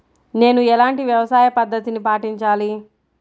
నేను ఎలాంటి వ్యవసాయ పద్ధతిని పాటించాలి?